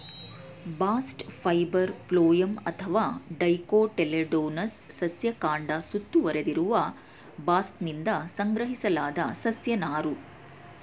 bast fibre phloem ಅಥವಾ dicotyledonous ಸಸ್ಯ ಕಾಂಡ ಸುತ್ತುವರೆದಿರುವ ಬಾಸ್ಟ್ನಿಂದ ಸಂಗ್ರಹಿಸಲಾದ ಸಸ್ಯ ನಾರು